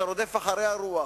אתה כבר רודף אחרי הרוח.